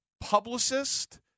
publicist